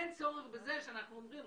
אין צורך בזה שאנחנו אומרים,